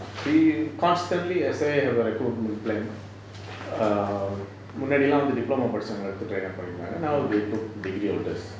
we constantly S_I_A have a recruitment plan err முன்னாடிலாம் வந்து:munnadilaam vanthu diploma படிச்சவங்களே எடுத்து:padichavangalae eduthu train up பண்ணிட்டு இருந்தாங்க:pannitu irunthanga now they took degree holders